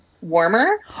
warmer